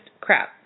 crap